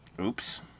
Oops